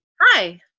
Hi